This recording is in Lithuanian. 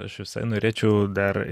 aš visai norėčiau dar